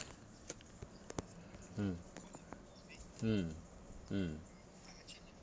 mm mm mm